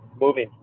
moving